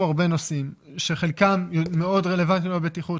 הרבה נושאים שחלקם מאוד רלוונטיים לבטיחות,